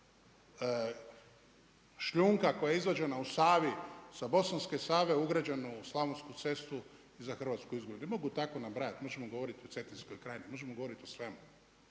šljunka koja je izvađena u Savi, sa bosanske Save ugrađeno u slavonsku cestu, je za Hrvatsku izgubljen. I mogu tako nabrajati, možemo govoriti o Cetinskoj krajini. Možemo govoriti o svemu.